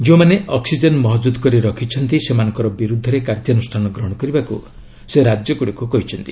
ଯେଉଁମାନେ ଅକ୍ନିଜେନ୍ ମହଜୁଦ କରି ରଖିଛନ୍ତି ସେମାନଙ୍କର ବିରୁଦ୍ଧରେ କାର୍ଯ୍ୟାନୁଷ୍ଠାନ ଗ୍ରହଣ କରିବାକୁ ସେ ରାଜ୍ୟ ଗୁଡ଼ିକୁ କହିଛନ୍ତି